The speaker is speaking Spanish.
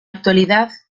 actualidad